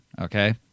Okay